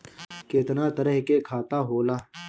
केतना तरह के खाता होला?